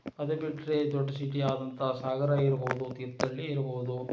ಅದು ಬಿಟ್ಟರೆ ದೊಡ್ಡ ಸಿಟಿ ಆದಂಥ ಸಾಗರ ಇರ್ಬೋದು ತೀರ್ಥಹಳ್ಳಿ ಇರ್ಬೋದು